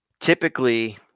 typically